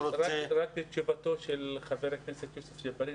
חשוב לי לתת תשובה לשאלת חבר הכנסת יוסף ג'בארין